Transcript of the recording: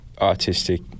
artistic